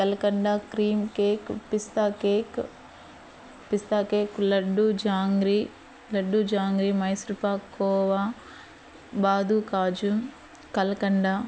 కల్కండా cream cake పిస్తా cake పిస్తా cake laddu jangri laddu jangri Mysore pak khoa బాదూ కాజు కల్కండా